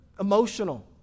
emotional